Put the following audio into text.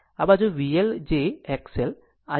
આ બાજુ VL j XL I L